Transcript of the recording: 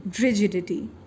rigidity